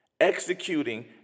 Executing